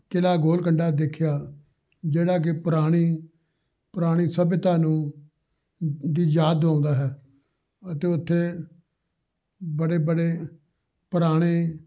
ਕਿਲ੍ਹਾ Golconda ਦੇਖਿਆ ਜਿਹੜਾ ਕਿ ਪੁਰਾਣੀ ਪੁਰਾਣੀ ਸੱਭਿਅਤਾ ਨੂੰ ਦੀ ਯਾਦ ਦਿਵਾਉਂਦਾ ਹੈ ਅਤੇ ਉੱਥੇ ਬੜੇ ਬੜੇ ਪੁਰਾਣੇ